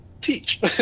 teach